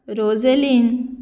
Roseline